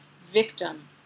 victim